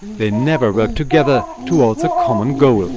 they never work together towards a common goal.